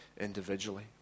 individually